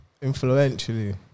Influentially